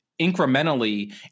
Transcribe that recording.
incrementally